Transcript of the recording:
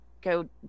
go